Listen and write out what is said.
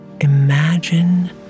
imagine